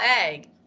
egg